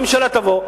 הממשלה תבוא.